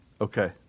Okay